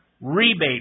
rebate